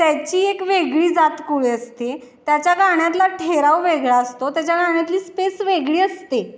त्याची एक वेगळी जातकुळी असते त्याच्या गाण्यातला ठेहराव वेगळा असतो त्याच्या गाण्यातली स्पेस वेगळी असते